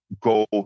go